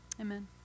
Amen